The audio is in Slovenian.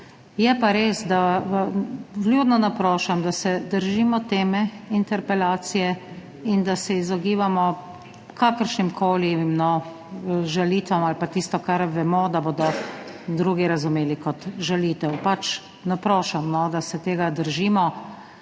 je pa res, da vljudno naprošam, da se držimo teme interpelacije in da se izogibamo kakršnimkoli žalitvam ali pa tistemu, za kar vemo, da bodo drugi razumeli kot žalitev. Naprošam, da se tega držimo.